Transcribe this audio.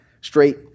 straight